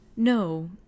No